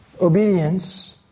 obedience